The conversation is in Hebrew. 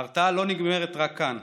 ההרתעה לא נגמרת רק כאן.